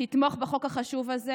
תתמוך בחוק החשוב הזה,